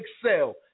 excel